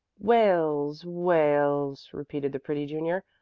wales wales repeated the pretty junior.